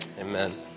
Amen